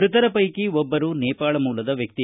ಮೃತರ ಪೈಕಿ ಒಬ್ಬರು ನೇಪಾಳ ಮೂಲದ ವ್ಯಕ್ತಿ